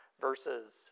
versus